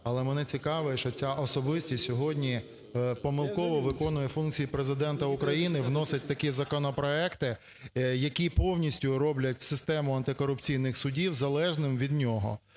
Але мене цікавить, що ця особистість сьогодні помилково виконує функції Президента України, вносить такі законопроекти, які повністю роблять систему антикорупційних судів залежними від нього,